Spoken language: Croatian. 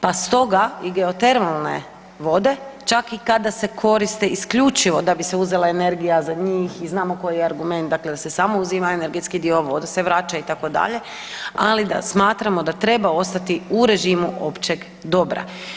Pa stoga i geotermalne vode čak i kada se koriste isključivo da bi se uzela energija za njih i znamo koji je argument, dakle da se samo uzima energetski vode, voda se vraća itd., ali da smatramo da treba ostati u režimu općeg dobra.